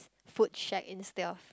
food shack instead of